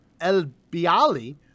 El-Biali